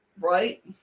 Right